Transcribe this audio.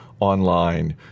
Online